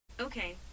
Okay